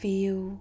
Feel